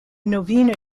novena